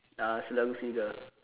uh selalu singgah